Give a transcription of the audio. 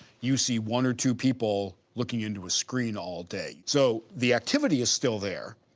you see one or two people looking into a screen all day. so, the activity is still there,